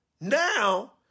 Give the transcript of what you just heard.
Now